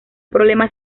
problema